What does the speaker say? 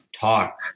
talk